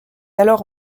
alors